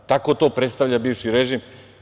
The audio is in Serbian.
Tako to predstavlja bivši režim.